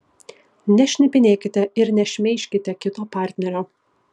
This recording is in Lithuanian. nešnipinėkite ir nešmeižkite kito partnerio